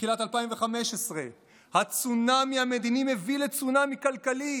תחילת 2015: "הצונאמי המדיני מביא לצונאמי הכלכלי